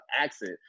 Accent